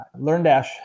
LearnDash